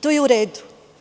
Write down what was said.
To je u redu.